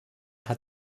hat